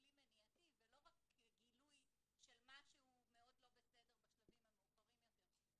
וככלי מניעתי ולא רק לגילוי של משהו חמור בשלבים המאוחרים יותר.